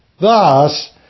Thus